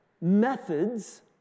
methods